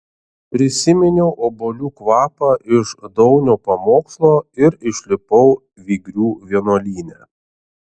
prisiminiau obuolių kvapą iš daunio pamokslo ir išlipau vygrių vienuolyne